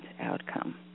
outcome